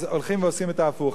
אז הולכים ועושים את ההיפך.